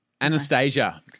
Anastasia